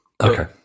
Okay